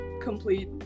complete